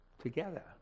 together